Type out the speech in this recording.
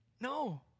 No